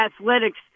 athletics